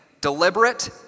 deliberate